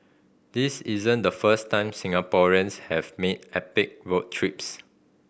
this isn't the first time Singaporeans have made epic road trips